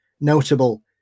notable